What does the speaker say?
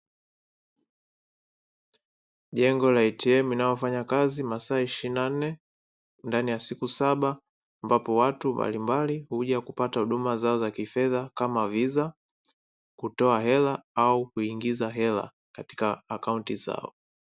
Jengo la "ATM" linalofanya kazi masaa ishirini na nne ndani ya siku saba ambapo watu mbalimbali huja kupata huduma zao za kifedha kama viza, kutoa hela au kuingiza hela katika akaunti zao.